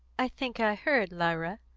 i think i heard, lyra,